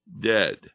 dead